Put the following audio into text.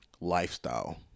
lifestyle